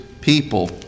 people